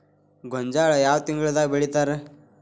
ಗೋಂಜಾಳ ಯಾವ ತಿಂಗಳದಾಗ್ ಬೆಳಿತಾರ?